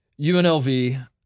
UNLV